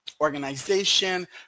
organization